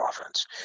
offense